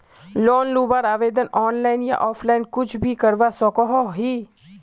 Loan लुबार आवेदन online या ऑफलाइन कुछ भी करवा सकोहो ही?